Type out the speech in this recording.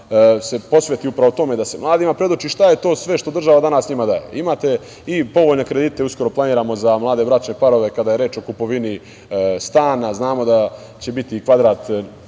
se posveti upravo tome da se mladima predoči šta je sve to što država danas njima daje. Imate i povoljne kredite, uskoro planiramo za mlade bračne parove, kada je reč o kupovini stana. Znamo da će biti kvadrat